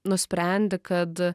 nusprendi kad